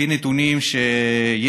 לפי נתונים שיש,